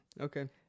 Okay